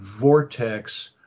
vortex